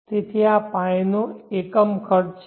તેથી આ પાણીનો એકમ ખર્ચ છે